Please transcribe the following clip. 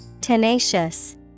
Tenacious